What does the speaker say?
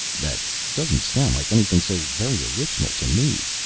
that doesn't sound like anything so very original to me,